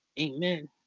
amen